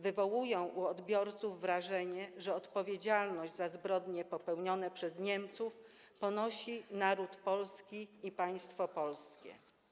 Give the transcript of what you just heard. Wywołują u odbiorców wrażenie, że odpowiedzialność za zbrodnie popełnione przez Niemców ponosi naród polski i państwo polskie.